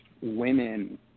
women